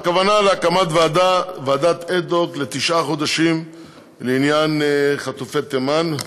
הכוונה להקמת ועדה אד-הוק לתשעה חודשים לעניין חטופי תימן,